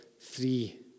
three